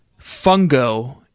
fungo